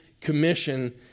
Commission